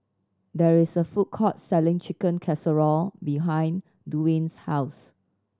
there is a food court selling Chicken Casserole behind Duwayne's house